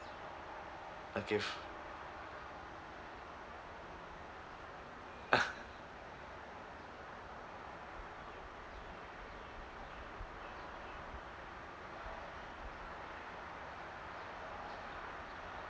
I give